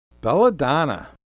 Belladonna